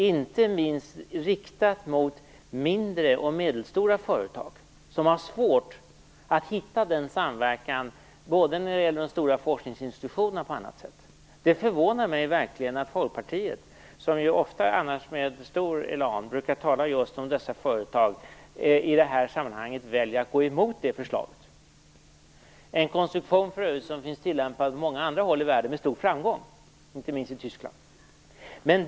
Det är riktat inte minst mot mindre och medelstora företag som har svårt att hitta denna samverkan, både när det gäller de stora forskningsinstitutionerna och andra sätt. Det förvånar mig verkligen att Folkpartiet, som annars ofta brukar tala med stor elan om just dessa företag, i det här sammanhanget väljer att gå emot detta förslag. Det här är för övrigt en konstruktion som tillämpas på många andra håll i världen med stor framgång, inte minst i Tyskland.